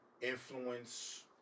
influence